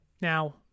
Now